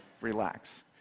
relax